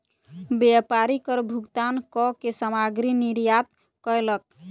व्यापारी कर भुगतान कअ के सामग्री निर्यात कयलक